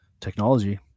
technology